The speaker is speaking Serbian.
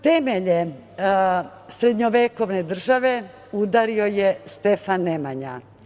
Temelje srednjovekovne države udario je Stefan Nemanja.